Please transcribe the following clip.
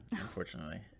unfortunately